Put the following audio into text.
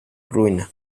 ruina